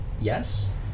Yes